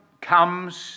comes